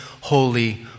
holy